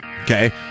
okay